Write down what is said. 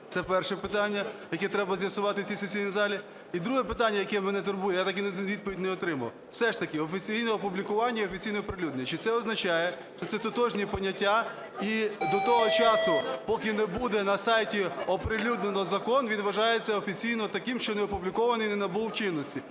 Це перше питання, яке треба з'ясувати в цій сесійній залі. І друге питання, яке мене турбує, я так відповідь не отримав. Все ж таки офіційне опублікування і офіційне оприлюднення, – чи це означає, що це тотожні поняття. І до того часу, поки не буде на сайті оприлюднено закон, він вважається офіційно таким, що не опублікований, не набув чинності